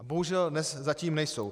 Bohužel dnes zatím nejsou.